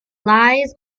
lies